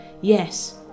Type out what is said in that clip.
Yes